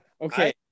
Okay